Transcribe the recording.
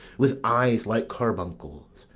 with eyes like carbuncles,